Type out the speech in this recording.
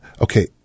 Okay